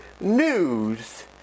news